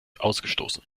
ausgestoßen